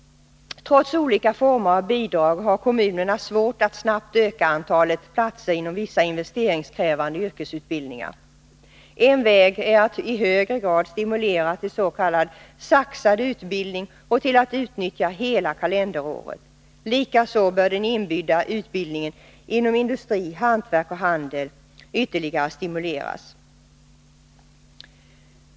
Trots olika former av bidrag har kommunerna svårt att snabbt öka antalet platser inom vissa investeringskrävande yrkesutbildningar. En väg är att i högre grad stimulera till s.k. saxad utbildning och till att utnyttja hela kalenderåret. Likaså bör den inbyggda utbildningen inom industri, hantverk och handel ytterligare stimuleras.